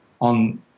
on